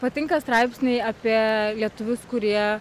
patinka straipsniai apie lietuvius kurie